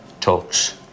talks